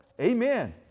Amen